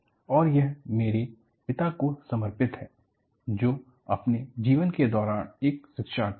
और यह मेरे पिता को समर्पित है जो अपने जीवन के दौरान एक शिक्षार्थी थे